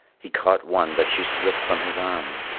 he caught one, but she slipped from his arms,